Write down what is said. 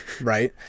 Right